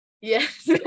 yes